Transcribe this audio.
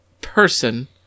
person